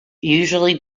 usually